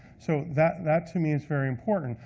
so that that to me is very important.